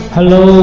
Hello